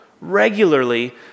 regularly